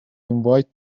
invite